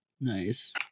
Nice